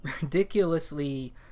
ridiculously